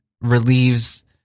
relieves